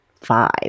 five